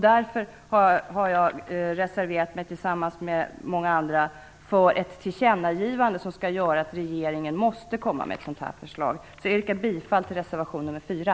Därför har jag reserverat mig tillsammans med många andra för ett tillkännagivande som skall göra att regeringen måste komma med ett sådant här förslag. Jag yrkar bifall till reservation nr 4.